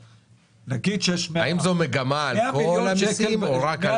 האם זו מגמה על כל המיסים או רק על --- נגיד